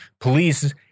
police